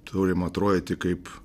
turim atrodyti kaip